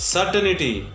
Certainty